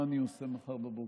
מה אני עושה מחר בבוקר?